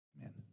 Amen